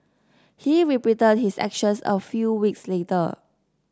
he repeated his actions a few weeks later